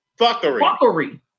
Fuckery